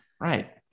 right